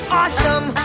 awesome